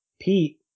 Pete